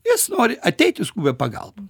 jis nori ateit į skubią pagalbą